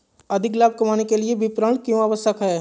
अधिक लाभ कमाने के लिए विपणन क्यो आवश्यक है?